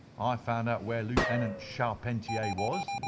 i found out where lieutenant charpentier was,